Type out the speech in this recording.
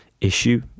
issue